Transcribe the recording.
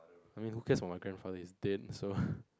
I mean who cares about my grandfather he's dead so